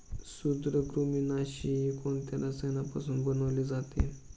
सूत्रकृमिनाशी कोणत्या रसायनापासून बनवले जाते?